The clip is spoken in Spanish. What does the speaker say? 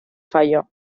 falló